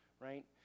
right